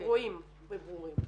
שרואים וברורים.